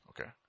Okay